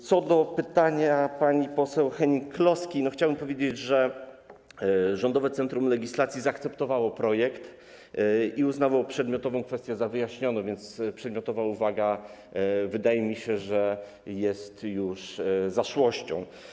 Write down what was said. Co do pytania pani poseł Hennig-Kloski chciałbym powiedzieć, że Rządowe Centrum Legislacji zaakceptowało projekt i uznało przedmiotową kwestię za wyjaśnioną, więc przedmiotowa uwaga wydaje mi się już zaszłością.